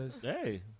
hey